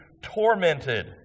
tormented